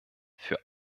für